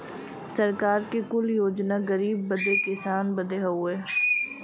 सरकार के कुल योजना गरीब बदे किसान बदे हउवे